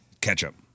Ketchup